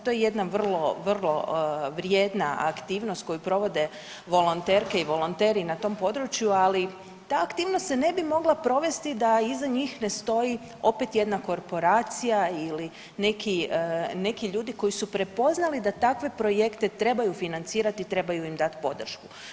To je jedna vrlo, vrlo vrijedna aktivnost koju provode volonterke i volonteri i na tom području, ali ta aktivnost se ne bi mogla provesti da iza njih ne stoji opet jedna korporacija ili neki ljudi koji su prepoznali da takve projekte trebaju financirati i trebaju im dati podršku.